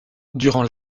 durant